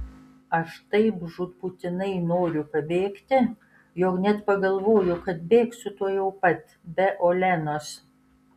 aš taip žūtbūtinai noriu pabėgti jog net pagalvoju kad bėgsiu tuojau pat be olenos